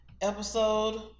episode